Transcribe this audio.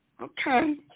Okay